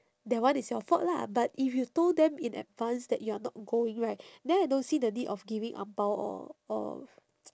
that one is your fault lah but if you told them in advance that you are not going right then I don't see the need of giving ang bao or or